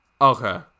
Okay